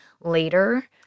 later